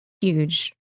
huge